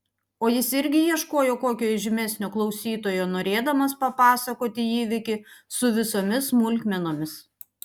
o jis irgi ieškojo kokio įžymesnio klausytojo norėdamas papasakoti įvykį su visomis smulkmenomis